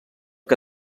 que